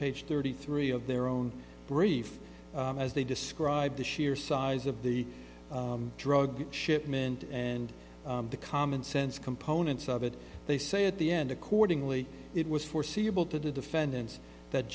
page thirty three of their own brief as they describe the sheer size of the drug shipment and the commonsense components of it they say at the end accordingly it was foreseeable to the defendants that